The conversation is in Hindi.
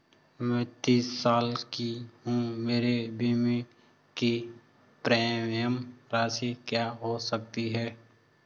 मैं तीस साल की हूँ मेरे बीमे की प्रीमियम राशि क्या हो सकती है?